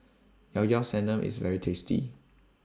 Llao Llao Sanum IS very tasty